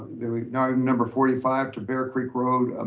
you know number forty five to bear creek road,